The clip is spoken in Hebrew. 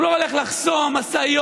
הוא לא הולך לחסום משאיות,